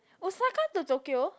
Osaka to Tokyo